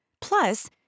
Plus